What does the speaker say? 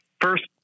first